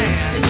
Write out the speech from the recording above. Man